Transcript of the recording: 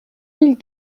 mille